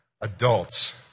adults